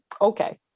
Okay